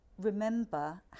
remember